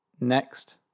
next